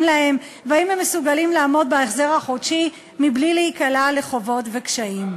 להן ואם הם מסוגלים לעמוד בהחזר החודשי בלי להיקלע לחובות וקשיים.